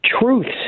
Truths